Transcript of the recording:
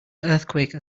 earthquake